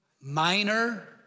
minor